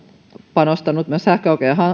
panostanut sähköautojen